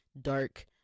dark